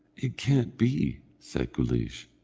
it can't be, said guleesh,